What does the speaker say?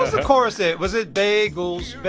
the chorus there? was it bagels,